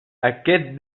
aquest